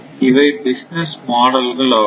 இவை பிசினஸ் மாடல்கள் ஆகும்